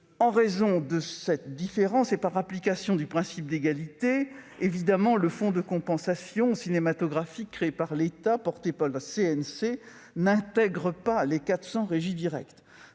En raison de cette différence, et par application du principe d'égalité, évidemment, le fonds de compensation cinématographique, créé par l'État et porté par le CNC, n'intègre pas les 400 régies directes.